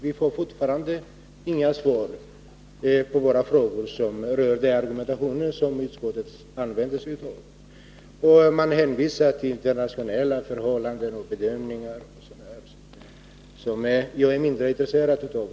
Vi får fortfarande inga svar på de frågor som rör den argumentation utskottet använder sig av. Utskottet hänvisar till internationella förhållanden och bedömningar osv., som jag är mindre intresserad av.